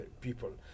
people